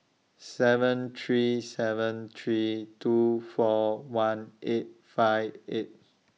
seven three seven three two four one eight five eight